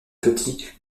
petit